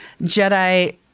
Jedi